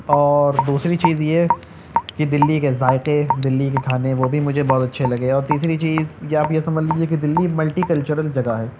اور دوسری چیز یہ کہ دہلی کے ذائقے دہلی کے کھانے وہ بھی مجھے بہت اچھے لگے اور تیسری چیز جو آپ یہ سمجھ لیجیے کہ دہلی ملٹی کلچرل جگہ ہے